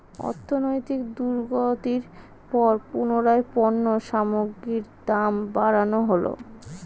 অর্থনৈতিক দুর্গতির পর পুনরায় পণ্য সামগ্রীর দাম বাড়ানো হলো